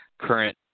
current